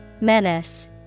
Menace